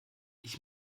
ich